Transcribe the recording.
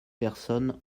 personnes